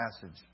passage